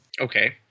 Okay